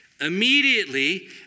Immediately